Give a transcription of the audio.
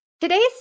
Today's